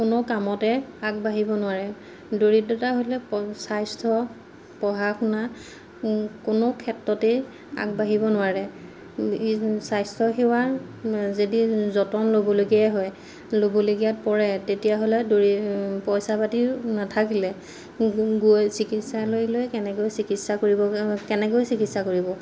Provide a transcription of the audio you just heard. কোনো কামতে আগবাঢ়িব নোৱাৰে দৰিদ্ৰতা হ'লে প স্বাস্থ্য পঢ়া শুনা কোনো ক্ষেত্ৰতেই আগবাঢ়িব নোৱাৰে স্বাস্থ্য সেৱাৰ যদি যতন ল'বলগীয়া হয় ল'বলগীয়া পৰে তেতিয়াহ'লে দৰি পইচা পাতি নাথাকিলে গৈ চিকিৎসালয় লৈ কেনেকৈ চিকিৎসা কৰিব কেনেকৈ চিকিৎসা কৰিব